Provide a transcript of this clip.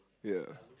ya